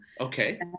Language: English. okay